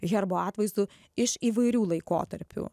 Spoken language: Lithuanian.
herbo atvaizdu iš įvairių laikotarpių